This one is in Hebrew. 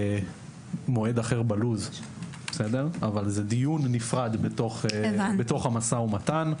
מועד אחר בלוח הזמנים אבל זה דיון נפרד בתוך המשא ומתן.